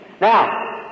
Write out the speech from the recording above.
Now